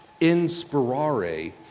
inspirare